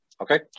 Okay